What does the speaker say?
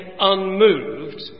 unmoved